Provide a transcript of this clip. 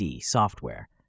software